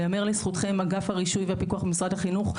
ייאמר לזכותכם אגף הרישוי והפיקוח במשרד החינוך,